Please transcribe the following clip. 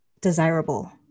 desirable